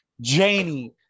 Janie